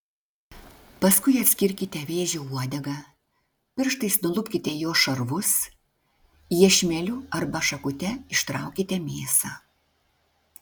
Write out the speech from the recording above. paskui atskirkite vėžio uodegą pirštais nulupkite jos šarvus iešmeliu arba šakute ištraukite mėsą